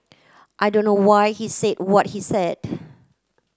I don't know why he said what he said